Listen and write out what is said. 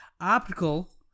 optical